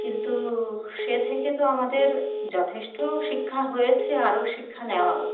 কিন্তু সে থেকে তো আমাদের যথেষ্ট শিক্ষা হয়েছে আরো শিক্ষা নেওয়া উচিত